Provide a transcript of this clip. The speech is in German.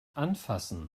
anfassen